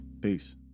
Peace